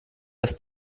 dass